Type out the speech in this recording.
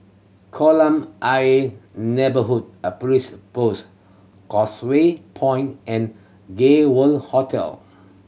Kolam Ayer Neighbourhood a Police Post Causeway Point and Gay World Hotel